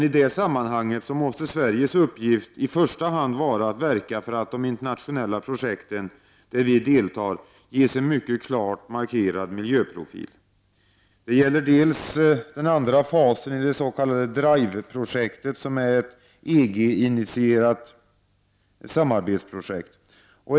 I detta sammanhang måste Sveriges uppgift i första hand vara ett verka för att de internationella projekten där vi deltar ges en mycket klart markerad miljöprofil. Detta gäller bl.a. fas 2 i det s.k. Drive-projektet som är ett EG initierat samarbetsprojekt.